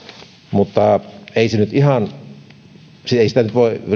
mutta ei sitä nyt voi verrata